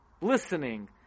listening